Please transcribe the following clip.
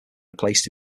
replaced